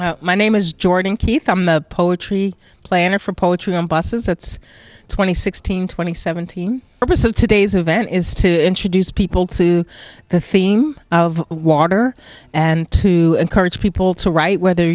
negative my name is jordan keith i'm a poetry planner for poetry on buses that's twenty sixteen twenty seventeen or so today's event is to introduce people to the theme of water and to encourage people to write whether